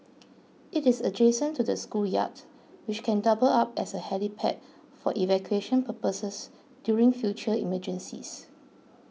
it is adjacent to the schoolyard which can double up as a helipad for evacuation purposes during future emergencies